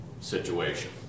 situation